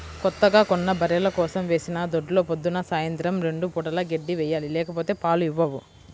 కొత్తగా కొన్న బర్రెల కోసం వేసిన దొడ్లో పొద్దున్న, సాయంత్రం రెండు పూటలా గడ్డి వేయాలి లేకపోతే పాలు ఇవ్వవు